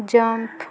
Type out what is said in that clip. jump